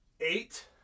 Eight